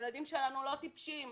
הילדים שלנו לא טיפשים.